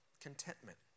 contentment